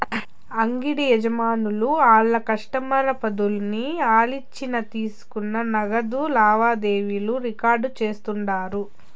అంగిడి యజమానులు ఆళ్ల కస్టమర్ల పద్దుల్ని ఆలిచ్చిన తీసుకున్న నగదు లావాదేవీలు రికార్డు చేస్తుండారు